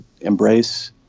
embrace